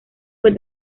fue